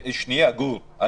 שנייה, גור.